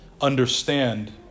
understand